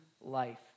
life